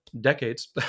decades